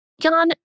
Jan